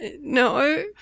No